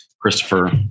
Christopher